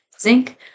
zinc